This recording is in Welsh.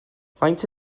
faint